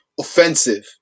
offensive